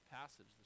passage